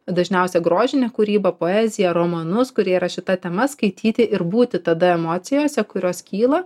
dažniausiai grožinę kūrybą poeziją romanus kurie yra šita tema skaityti ir būti tada emocijose kurios kyla